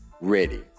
ready